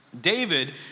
David